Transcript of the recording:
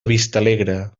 vistalegre